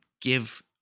give